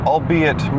Albeit